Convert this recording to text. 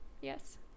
yes